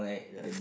ya